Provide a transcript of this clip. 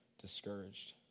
discouraged